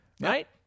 right